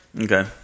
Okay